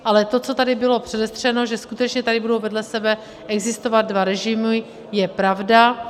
Ale to, co tady bylo předestřeno, že skutečně tady budou vedle sebe existovat dva režimy, je pravda.